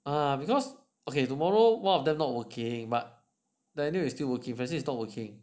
ah because okay tomorrow one of them not working but daniel is still working but francis is not working